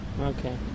Okay